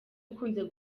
ukunze